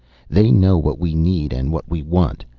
they know what we need and what we want.